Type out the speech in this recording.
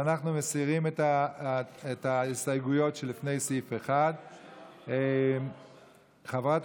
אנחנו מסירים את ההסתייגויות שלפני סעיף 1. חברת